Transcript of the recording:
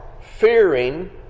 fearing